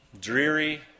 dreary